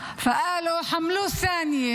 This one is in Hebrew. את הסיבה